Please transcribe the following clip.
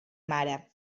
mare